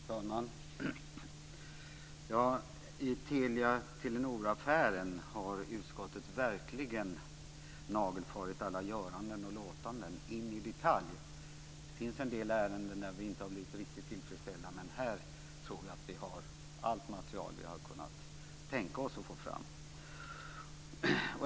Fru talman! I Telia-Telenor-affären har utskottet verkligen nagelfarit alla göranden och låtanden in i detalj. Det finns en del ärenden där vi inte har blivit riktigt tillfredsställda, men här tror jag att vi har allt material vi har kunnat tänka oss att få fram.